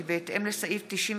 כי בהתאם לסעיף 95(א)